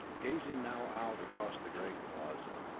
gazing now out across the great plaza,